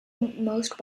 most